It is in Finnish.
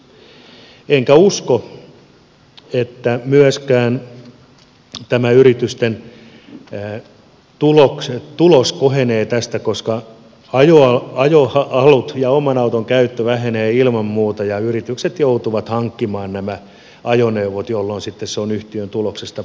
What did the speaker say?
enkä usko että myöskään yritysten tulos kohenee tästä koska ajohalut ja oman auton käyttö vähenevät ilman muuta ja yritykset joutuvat hankkimaan nämä ajoneuvot jolloin se on yhtiön tuloksesta pois